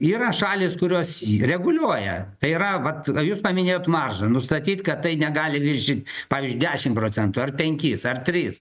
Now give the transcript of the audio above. yra šalys kurios reguliuoja tai yra vat jūs paminėjot maržą nustatyt kad tai negali viršyt pavyzdžiui dešim procentų ar penkis ar tris